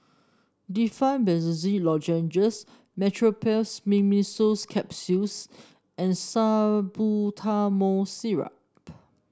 Difflam Benzydamine Lozenges Meteospasmyl Simeticone Capsules and Salbutamol Syrup